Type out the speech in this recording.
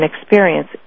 experience